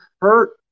hurt